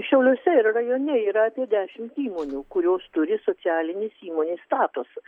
šiauliuose ir rajone yra apie dešimt įmonių kurios turi socialinės įmonės statusą